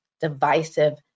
divisive